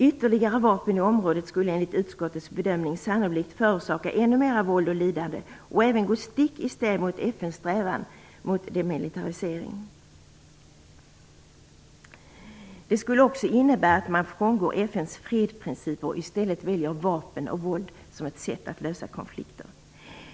- Ytterligare vapen i området skulle enligt utskottets bedömning sannolikt förorsaka ännu mera våld och lidande och även gå stick i stäv mot FN:s strävan mot demilitarisering." Det skulle också innebära att man frångår FN:s fredsprinciper och i stället väljer vapen och våld som ett sätt att lösa konflikter.